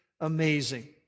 amazing